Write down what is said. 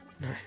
No